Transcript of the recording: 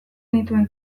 nituen